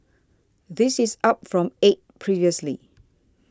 this is up from eight previously